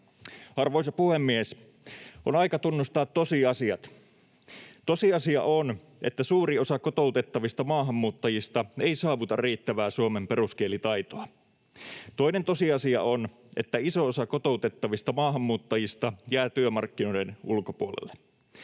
Arvoisa puhemies! On aika tunnustaa tosiasiat. Tosiasia on, että suuri osa kotoutettavista maahanmuuttajista ei saavuta riittävää suomen peruskielitaitoa. Toinen tosiasia on, että iso osa kotoutettavista maahanmuuttajista jää työmarkkinoiden ulkopuolelle.